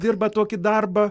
dirba tokį darbą